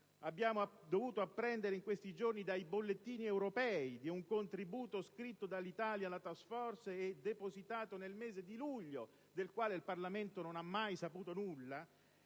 abbiamo dovuto apprendere in questi giorni dai bollettini europei di un contributo scritto dall'Italia alla *task force* e depositato nel mese di luglio, del quale il Parlamento non ha mai saputo nulla